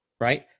right